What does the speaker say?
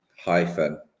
Hyphen